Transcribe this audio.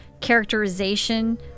Characterization